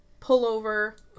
pullover